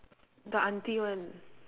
the aunty one